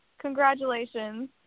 Congratulations